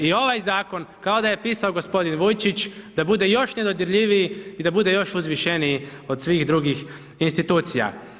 I ovaj zakon kao da je pisao gospodin Vujčić, da bude još nedodirljiviji i da bude još uzvišeniji od svih drugih institucija.